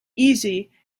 easy